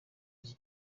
w’iki